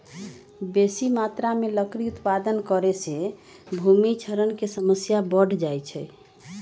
बेशी मत्रा में लकड़ी उत्पादन करे से भूमि क्षरण के समस्या बढ़ जाइ छइ